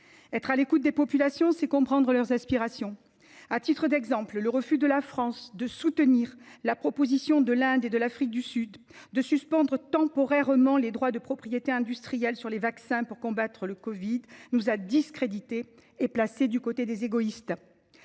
Être à l’écoute des populations, c’est comprendre leurs aspirations. À titre d’exemple, le refus de la France de soutenir la proposition de l’Inde et de l’Afrique du Sud de suspendre temporairement les droits de propriété industrielle sur les vaccins pour lutter contre la covid 19 nous a discrédités et placés du côté des égoïstes.